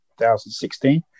2016